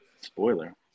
spoiler